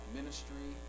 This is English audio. ministry